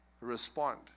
respond